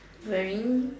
wearing